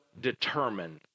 determine